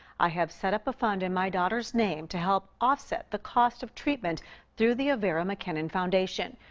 i have set up a fund in my daughter's name to help offset the cost of treatment through the avera mckennan foundation.